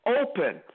open